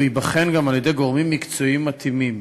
הוא ייבחן גם על-ידי גורמים מקצועיים מתאימים.